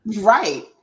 Right